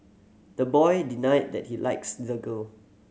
the boy denied that he likes the girl